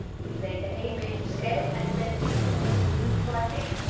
we played the a major scale and then did some improvising,